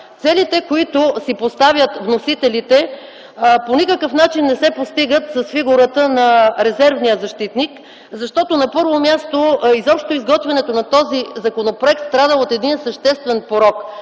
Целите, които си поставят вносителите, по никакъв начин не се постигат с фигурата на резервния защитник, защото на първо място изготвянето на този законопроект страда от един съществен порок.